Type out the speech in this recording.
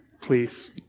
please